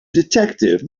detective